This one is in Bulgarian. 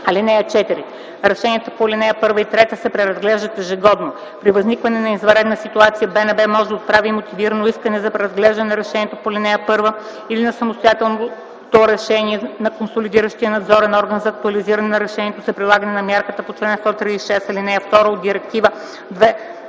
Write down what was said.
(4) Решенията по ал. 1 и 3 се преразглеждат ежегодно. При възникване на извънредна ситуация БНБ може да отправи мотивирано искане за преразглеждане на решението по ал. 1 или на самостоятелното решение на консолидиращия надзорен орган за актуализиране на решението за прилагане на мярка по чл. 136, ал. 2 от Директива